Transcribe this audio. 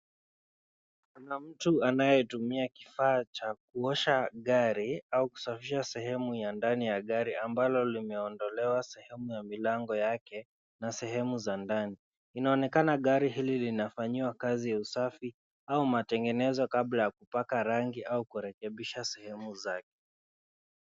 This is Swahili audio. Kuna mtu anayetumia kifaa cha kuosha gari au kusafisha sehemu ya ndani ya gari ambalo limeondolewa sehemu ya milango yake na sehemu za ndani. Inaonekana gari hili linafanyiwa kazi ya usafi au matengenezo kabla ya kuweka rangi au kurekebisha sehemu zake.